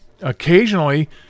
occasionally